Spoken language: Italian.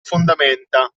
fondamenta